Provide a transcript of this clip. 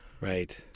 Right